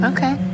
Okay